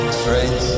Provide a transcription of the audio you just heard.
straight